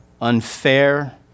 unfair